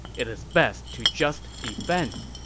it's best to just defend.